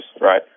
right